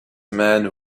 man